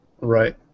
Right